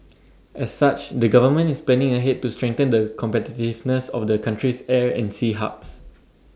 as such the government is planning ahead to strengthen the competitiveness of the country's air and sea hubs